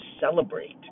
celebrate